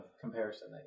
comparison